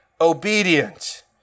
obedient